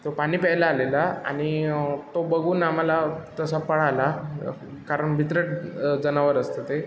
तो पाणी प्यायला आलेला आणि तो बघून आम्हाला तसा पळाला कारण भित्रं जनावर असतं ते